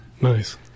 nice